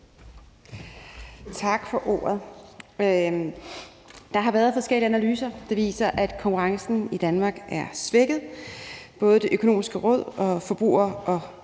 Tak for ordet. Der har været forskellige analyser, der viser, at konkurrencen i Danmark er svækket. Både Det Økonomiske Råd og Konkurrence- og